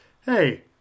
hey